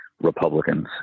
Republicans